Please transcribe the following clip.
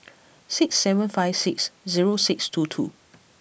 six seven five six zero six two two